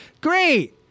Great